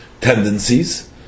tendencies